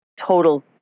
total